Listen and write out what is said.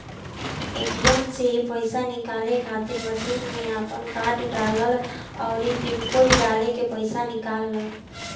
ATM से पईसा निकाले खातिर मशीन में आपन कार्ड डालअ अउरी पिन कोड डालके पईसा निकाल लअ